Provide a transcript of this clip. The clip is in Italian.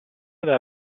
dal